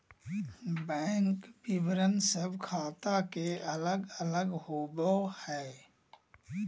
bank विवरण सब ख़ाता के अलग अलग होबो हइ